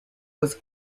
was